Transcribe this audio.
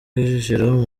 kicukiro